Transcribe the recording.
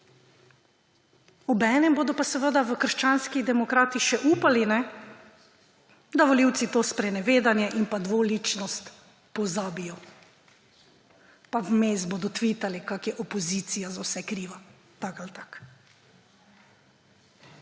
Obenem bodo pa seveda v Krščanskih demokratih še upali, da volivci to sprenevedanje in dvoličnost pozabijo. Pa vmes bodo tvitali, kako je opozicija za vse kriva, tako ali tako.